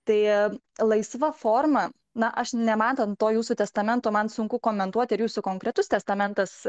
tai laisva forma na aš nematant to jūsų testamento man sunku komentuoti ar jūsų konkretus testamentas